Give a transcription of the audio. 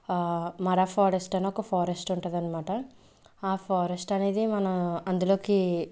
మరా forest అనొక forest ఉంటదన్మాట ఆ ఫారెస్ట్ అనేది మనా అందులోకి